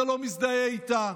אתה לא מזדהה איתה,